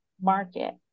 market